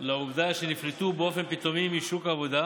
לעובדה שנפלטו באופן פתאומי משוק העבודה